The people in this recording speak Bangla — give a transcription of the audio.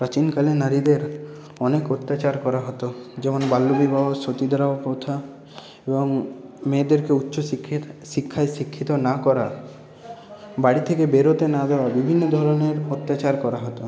প্রাচীনকালে নারীদের অনেক অত্যাচার করা হতো যেমন বাল্যবিবাহ সতীদাহ প্রথা এবং মেয়েদেরকে উচ্চ শিক্ষায় শিক্ষিত না করা বাড়ি থেকে বেরোতে না দেওয়া বিভিন্ন ধরণের অত্যাচার করা হতো